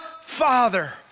Father